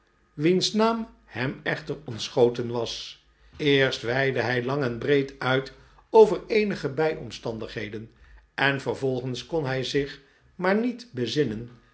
wiens naam hem echter ontschoten was eerst weidde hij lang en breed uit over eenige bijomstandigheden en vervolgens kon hij zich maar niet bezinnen